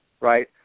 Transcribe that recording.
right